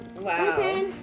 Wow